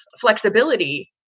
flexibility